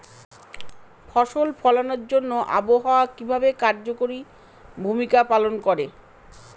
ফসল ফলানোর জন্য আবহাওয়া কিভাবে কার্যকরী ভূমিকা পালন করে?